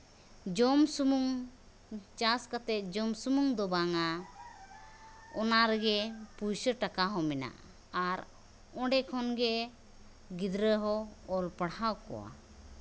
ᱡᱚᱢ ᱥᱩᱢᱩᱝ ᱪᱟᱥ ᱠᱟᱛᱮᱫ ᱡᱚᱢ ᱥᱩᱢᱩᱝ ᱫᱚ ᱵᱟᱝᱼᱟ ᱚᱱᱟ ᱨᱮᱜᱮ ᱯᱩᱭᱥᱟᱹ ᱴᱟᱠᱟ ᱦᱚᱸ ᱢᱮᱱᱟᱜᱼᱟ ᱟᱨ ᱚᱸᱰᱮ ᱠᱷᱚᱱ ᱜᱮ ᱜᱤᱫᱽᱨᱟᱹ ᱦᱚᱸ ᱚᱞ ᱯᱟᱲᱦᱟᱣ ᱠᱚᱣᱟ